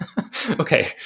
okay